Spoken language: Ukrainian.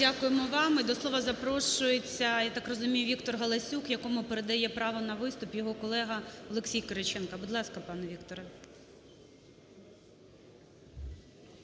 Дякуємо вам. І до слова запрошується, я так розумію, Віктор Галасюк, якому передає право на виступ його колега Олексій Кириченко. Будь ласка, пане Вікторе.